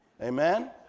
Amen